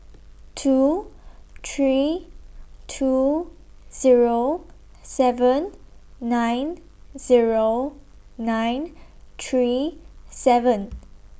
two three two Zero seven nine Zero nine three seven